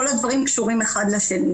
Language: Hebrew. כל הדברים קשורים זה בזה.